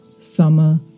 summer